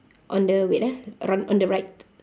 on the wait ah r~ on on the right